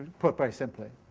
put very simply.